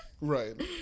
Right